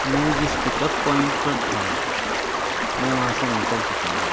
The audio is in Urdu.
میں جس پک اپ پوائنٹ پر تھا میں وہاں سے نکل چکا ہوں